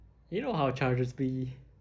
you know how chargers be